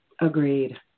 agreed